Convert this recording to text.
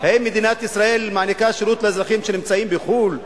האם מדינת ישראל מעניקה שירות לאזרחים שנמצאים בחו"ל?